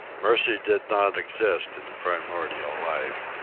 mercy did not exist in the primordial life.